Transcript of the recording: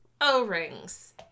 O-rings